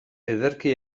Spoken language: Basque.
ederki